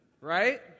Right